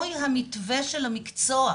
שינוי המתווה של המקצוע.